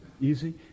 easy